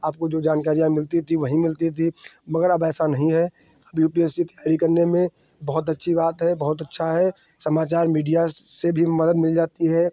आपको जो जानकारियाँ मिलती थीं वही मिलती थीं मगर अब ऐसा नहीं है अब यू पी एस सी तैयारी करने में बहुत अच्छी बात है बहुत अच्छा है समाचार मीडिया से भी मदद मिल जाती है